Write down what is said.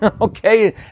okay